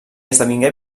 esdevingué